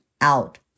out